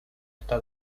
está